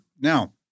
Now